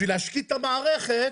בשביל להשקיט את המערכת